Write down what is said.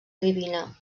divina